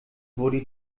wurde